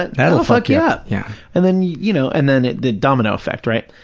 and that'll fuck you up. yeah. and then, you know, and then the domino effect, right.